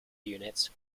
units